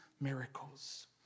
miracles